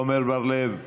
עמר בר-לב,